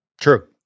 True